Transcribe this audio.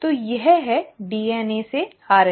तो यह है DNA से RNA